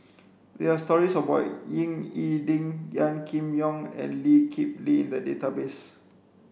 there are stories about Ying E Ding Gan Kim Yong and Lee Kip Lee in the database